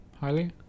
Highly